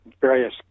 various